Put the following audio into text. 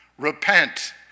Repent